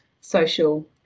social